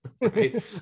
Right